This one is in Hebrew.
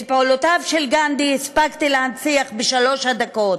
את פעולותיו של גנדי הספקתי להנציח בשלוש דקות,